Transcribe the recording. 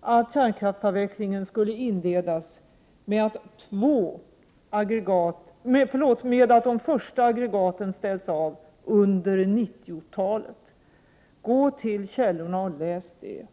att kärnkraftsavvecklingen skulle inledas med att de första aggregaten ställs av under 90-talet. Gå till källorna och läs det!